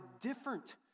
different